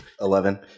Eleven